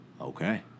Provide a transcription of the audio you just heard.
Okay